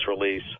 release